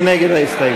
מי נגד ההסתייגות.